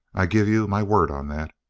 i'll give you my word on that.